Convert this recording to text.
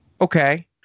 Okay